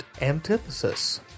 antithesis